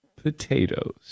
potatoes